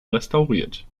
restauriert